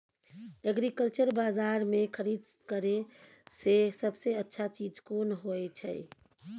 Agriculture बाजार में खरीद करे से सबसे अच्छा चीज कोन होय छै?